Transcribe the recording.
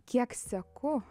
kiek seku